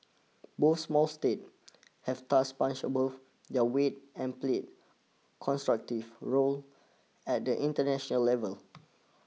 both small states have thus punched above their weight and played constructive role at the international level